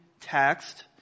text